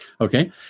okay